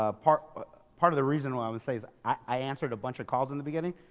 ah part but part of the reason why i would say is i answered a bunch of calls in the beginning,